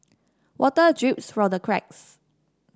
water drips from the cracks